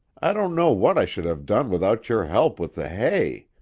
i don't know what i should have done without your help with the hay!